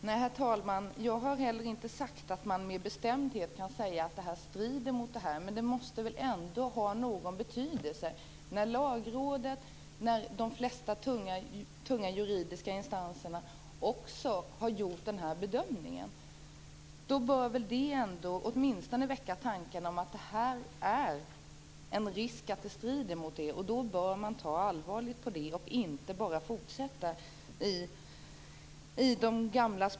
Herr talman! Jag har heller inte sagt att man med bestämdhet kan säga att det strider mot konventionen. Men det måste väl ändå ha någon betydelse när lagrådet och när de flesta tunga juridiska instanserna också har gjort den här bedömningen. Då bör väl det åtminstone väcka tanken att det finns en risk för att förslaget strider mot konventionen, och då bör man ta allvarligt på det och inte bara fortsätta i de gamla spåren.